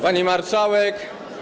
Pani Marszałek!